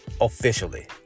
Officially